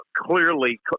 Clearly